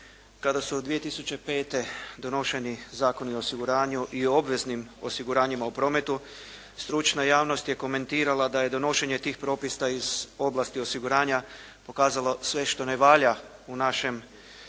Kada su 2005. donošeni Zakoni o osiguranju i o obveznim osiguranjima o prometu, stručna javnost je komentirala da je donošenje tih propisa iz oblasti osiguranja pokazalo sve što ne valja u našem,